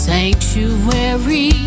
Sanctuary